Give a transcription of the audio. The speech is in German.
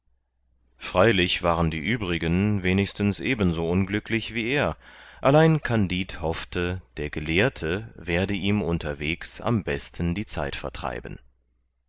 freilich waren die uebrigen wenigstens eben so unglücklich wie er allein kandid hoffte der gelehrte werde ihm unterwegs am besten die zeit vertreiben